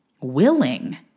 willing